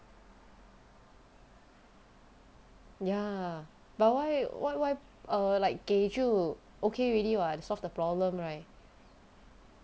ya but why why why err like 给就 okay already [what] solve the problem right